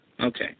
Okay